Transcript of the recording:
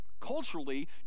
Culturally